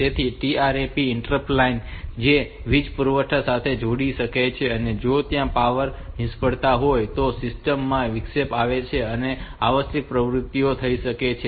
તેથી આ TARP interrupt line ને વીજ પુરવઠા સાથે જોડી શકાય છે અને જો ત્યાં પાવર નિષ્ફળતા હોય તો સિસ્ટમ માં વિક્ષેપ આવે છે અને આવશ્યક પ્રવૃત્તિઓ થઈ શકે છે